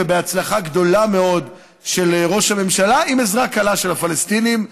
בהצלחה גדולה מאוד של ראש הממשלה עם עזרה קלה של הפלסטינים,